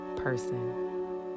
person